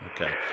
Okay